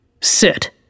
Sit